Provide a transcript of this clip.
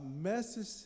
message